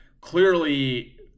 clearly